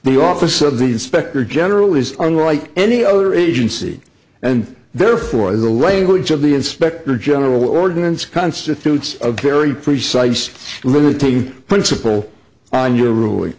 the office of the inspector general is unlike any other agency and therefore the language of the inspector general ordinance constitutes a very precise limiting principle on your ruling